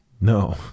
no